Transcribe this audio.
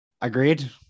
Agreed